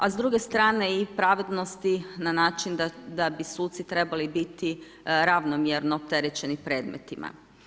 A s druge strane i pravednosti na način da bi suci trebali biti ravnomjerno opterećeni predmetima.